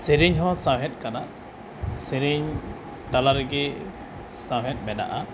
ᱥᱮᱨᱮᱧ ᱦᱚᱸ ᱥᱟᱶᱦᱮᱫ ᱠᱟᱱᱟ ᱥᱮᱨᱮᱧ ᱛᱟᱞᱟ ᱨᱮᱜᱮ ᱥᱟᱶᱦᱮᱫ ᱢᱮᱱᱟᱜᱼᱟ